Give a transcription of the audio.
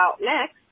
next